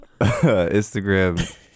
instagram